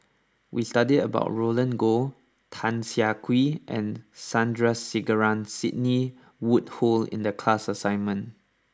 we studied about Roland Goh Tan Siah Kwee and Sandrasegaran Sidney Woodhull in the class assignment